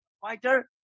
Fighter